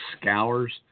scours